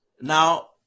Now